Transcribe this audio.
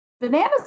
Bananas